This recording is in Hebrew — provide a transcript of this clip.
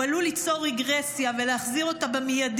הוא עלול ליצור רגרסיה ולהחזיר אותה מייד